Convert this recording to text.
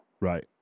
Right